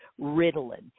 Ritalin